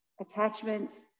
attachments